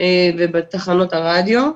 ובתחנות הרדיו.